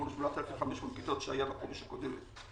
מול 8,500 כיתות שהיו בתוכנית החומש הקודמת.